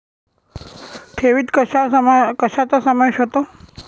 ठेवीत कशाचा समावेश होतो?